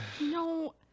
no